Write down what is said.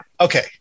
okay